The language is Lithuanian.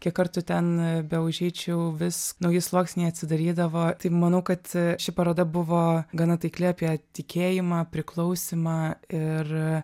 kiek kartų ten beužeičiau vis nauji sluoksniai atsidarydavo tai manau kad ši paroda buvo gana taikli apie tikėjimą priklausymą ir